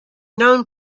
known